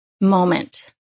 moment